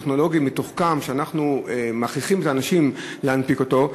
טכנולוגי מתוחכם שאנחנו מכריחים את האנשים להנפיק אותו.